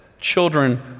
children